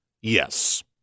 Yes